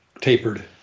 tapered